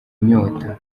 inyota